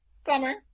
summer